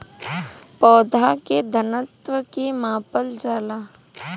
पौधा के घनत्व के मापल जाला